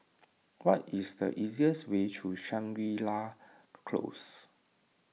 what is the easiest way to Shangri La Close